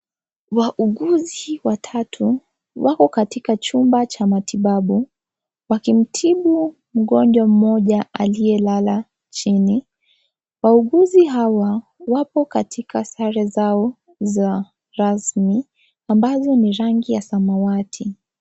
Wauguzi watatu wako katika chumba cha matibabu wakimtibu mgonjwa mmoja aliyelalal chini. Wauguzi hawa wapo katika sare zao za rasmi ambazo ni rangi ya samawati.